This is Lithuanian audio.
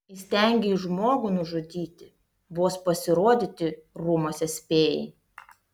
įstengei žmogų nužudyti vos pasirodyti rūmuose spėjai